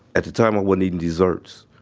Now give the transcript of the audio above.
at the time i wasn't eating desserts.